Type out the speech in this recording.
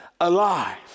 alive